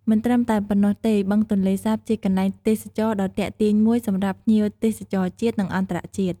មិនត្រឹមតែប៉ុណ្ណោះទេ បឹងទន្លេសាបជាកន្លែងទេសចរណ៍ដ៏ទាក់ទាញមួយសម្រាប់ភ្ញៀវទេសចរជាតិ និងអន្តរជាតិ។